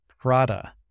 Prada